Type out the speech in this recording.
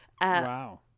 Wow